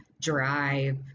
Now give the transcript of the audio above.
drive